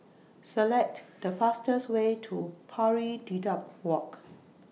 Select The fastest Way to Pari Dedap Walk